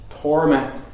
torment